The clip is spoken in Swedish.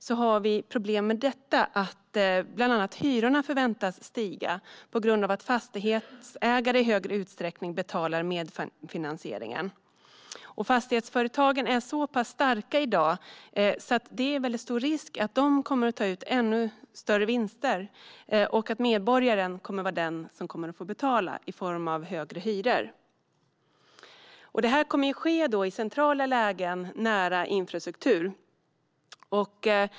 Vi har problem med detta då bland annat hyrorna förväntas stiga på grund av att fastighetsägare i större utsträckning betalar medfinansieringen. Fastighetsföretagen är så pass starka i dag att det finns en stor risk att de kommer att ta ut ännu större vinster. Medborgarna blir då de som får betala i form av högre hyror. Detta kommer att ske i centrala lägen nära infrastruktur.